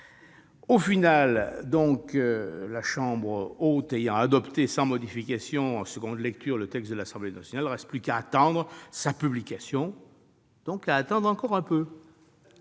Au final, la chambre haute, en commission, ayant adopté sans modification, en seconde lecture, le texte de l'Assemblée nationale, il ne reste plus qu'à attendre la publication de celui-ci, donc à attendre encore un peu